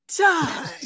time